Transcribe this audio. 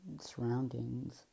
surroundings